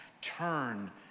Turn